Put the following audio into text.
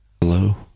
Hello